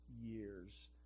years